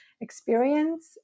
experience